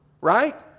Right